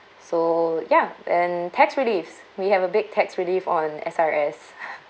so ya and tax reliefs we have a big tax relief on S_R_S